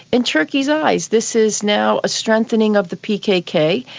in turkey's eyes this is now a strengthening of the pkk,